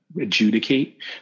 adjudicate